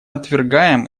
отвергаем